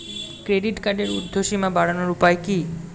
Credit কার্ডের উর্ধ্বসীমা বাড়ানোর উপায় কি?